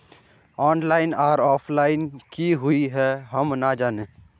Online आर offline की हुई है हम ना जाने?